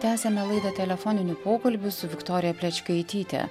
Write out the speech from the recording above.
tęsiame laidą telefoniniu pokalbiu su viktorija plečkaityte